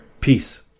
Peace